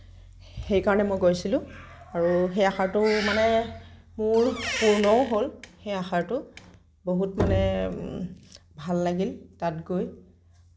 সেইকাৰণে মই গৈছিলোঁ আৰু সেই আশাটো মানে মোৰ পূৰ্ণও হ'ল সেই আশাটো বহুত মানে ভাল লাগিল তাত গৈ